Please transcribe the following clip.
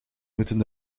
moeten